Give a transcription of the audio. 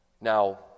Now